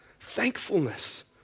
Thankfulness